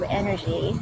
energy